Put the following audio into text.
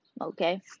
Okay